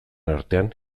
artean